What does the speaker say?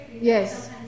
Yes